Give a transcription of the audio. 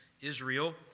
Israel